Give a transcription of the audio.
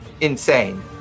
insane